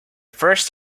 first